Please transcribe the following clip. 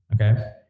okay